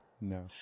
no